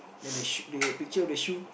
then the shoe the picture of the shoe